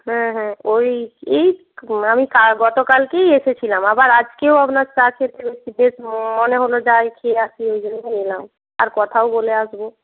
হ্যাঁ হ্যাঁ ওই এই আমি গত কালকেই এসেছিলাম আবার আজকেও আপনার চা খেতে বেশ মনে হলো যাই খেয়ে আসি ওই জন্য এলাম আর কথাও বলে আসবো